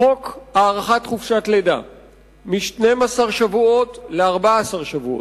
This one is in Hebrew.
חוק הארכת חופשת לידה מ-12 שבועות ל-14 שבועות,